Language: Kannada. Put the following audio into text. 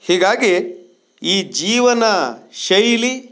ಹೀಗಾಗಿ ಈ ಜೀವನ ಶೈಲಿ